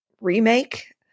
remake